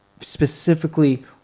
specifically